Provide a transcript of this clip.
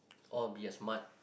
or be a smart